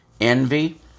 envy